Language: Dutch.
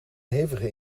hevige